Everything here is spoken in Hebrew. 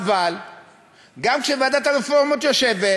אבל גם כשוועדת הרפורמות יושבת